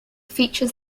features